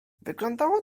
wyglądało